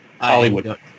Hollywood